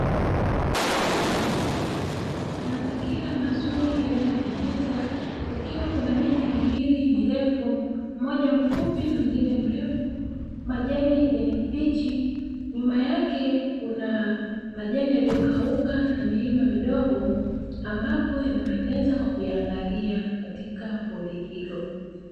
Mazingira mazuri yanayopendeza kukiwa kuna miti miwili mirefu, mmoja mfupi na mwingine mrefu majani ya kijani kibichi, nyuma yake kuna majani yaliyokauka na milima midogo ambapo yanapendeza kwa kuyaangalia katika pori hilo.